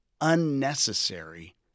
unnecessary